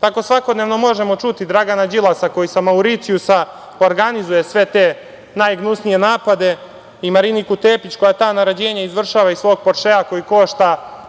Tako svakodnevno možemo čuti Dragana Đilasa, koji sa Mauricijusa organizuje sve te najgnusnije napade, i Mariniku Tepić, koja sva ta naređenja izvršava iz svog „Poršea“ koji košta